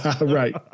Right